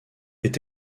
est